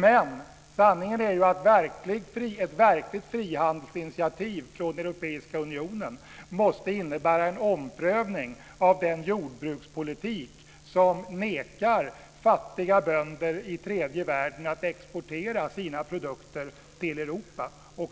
Men sanningen är att ett verkligt frihandelsalternativ från Europeiska unionen måste innebära en omprövning av den jordbrukspolitik som nekar fattiga bönder i tredje världen att exportera sina produkter till Europa.